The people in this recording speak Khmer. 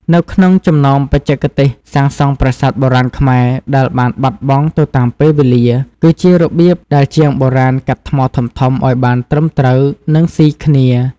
នៅក្នុងចំណោមបច្ចេកទេសសាងសង់ប្រាសាទបុរាណខ្មែរដែលបានបាត់បង់ទៅតាមពេលវេលា គឺជារបៀបដែលជាងបុរាណកាត់ថ្មធំៗឱ្យបានត្រឹមត្រូវ និងស៊ីគ្នា។